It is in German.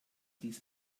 dies